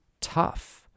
tough